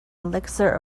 elixir